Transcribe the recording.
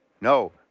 no